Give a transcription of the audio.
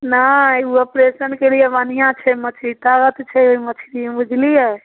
नहि ओ ऑपरेशन केलिए बढ़िआँ छै मछली तागत छै ओहि मछलीमे बुझलिए